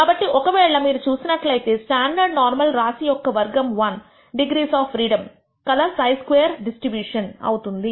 కాబట్టి ఒకవేళ మీరు చూసినట్లయితే స్టాండర్డ్ నార్మల్ రాశి యొక్క వర్గం 1 డిగ్రీస్ ఆఫ్ ఫ్రీడమ్ కల χ స్క్వేర్ డిస్ట్రిబ్యూషన్ అవుతుంది